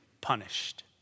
punished